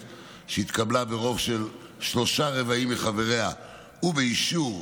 שהתקבלה ברוב של שלושה-רבעים מחבריה ובאישור,